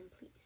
please